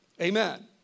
Amen